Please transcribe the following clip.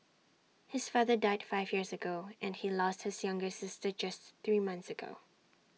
his father died five years ago and he lost his younger sister just three months ago